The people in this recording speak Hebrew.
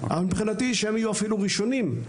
אבל מבחינתי שהם יהיו אפילו הראשונים,